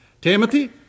Timothy